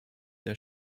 der